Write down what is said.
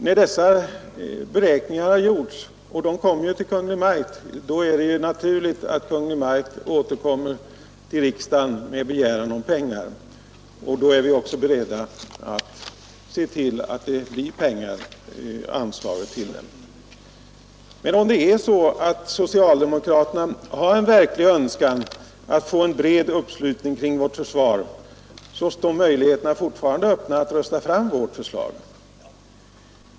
När dessa beräkningar gjorts — och de kommer ju att överlämnas till Kungl. Maj:t — är det naturligt att Kungl. Maj:t återkommer till riksdagen med begäran om pengar, och då är vi också beredda att se till att sådana medel anslås. Men om socialdemokraterna har en verklig önskan att få en bred uppslutning kring försvaret, står möjligheterna fortfarande öppna att rösta fram vårt förslag.